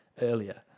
earlier